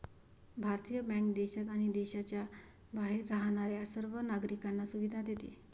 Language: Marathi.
भारतीय बँक देशात आणि देशाच्या बाहेर राहणाऱ्या सर्व नागरिकांना सुविधा देते